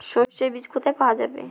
সর্ষে বিজ কোথায় পাওয়া যাবে?